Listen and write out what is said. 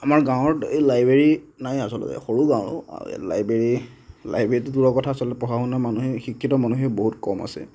আমাৰ গাঁৱত এই লাইব্ৰেৰী নাই আচলতে সৰু গাঁও লাইব্ৰেৰী লাইব্ৰেৰীটো দূৰৰ কথা আচলতে পঢ়া শুনা মানুহেই শিক্ষিত মানুহেই বহুত কম আছে